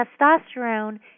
testosterone